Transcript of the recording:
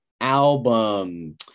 Album